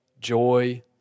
joy